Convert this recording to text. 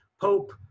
Pope